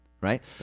Right